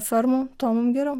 fermų tuo mum geriau